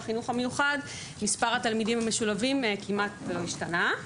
מספר התלמידים המשולבים כמעט ולא השתנה.